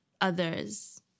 others